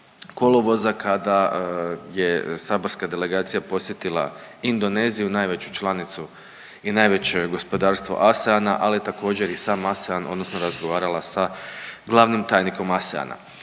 kolovoza kada je saborska delegacija posjetila Indoneziju, najveću članicu i najveće gospodarstvo ASEAN-a, ali također i sam ASEAN, odnosno razgovarala sa glavnim tajnikom ASEANA.